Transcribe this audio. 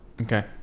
Okay